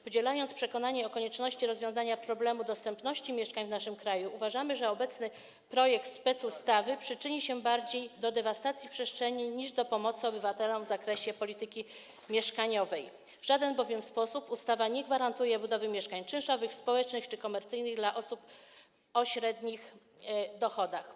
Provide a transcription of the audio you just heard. Podzielając przekonanie o konieczności rozwiązania problemu dostępności mieszkań w naszym kraju, uważamy, że obecny projekt specustawy przyczyni się bardziej do dewastacji przestrzeni niż do pomocy obywatelom w zakresie polityki mieszkaniowej, bowiem ustawa w żaden sposób nie gwarantuje budowy mieszkań czynszowych, społecznych czy komercyjnych dla osób o średnich dochodach.